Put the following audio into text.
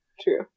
True